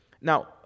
Now